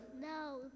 No